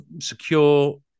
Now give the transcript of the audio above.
secure